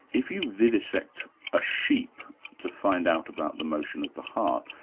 if you vivisect a sheep to find out about the motion of the heart,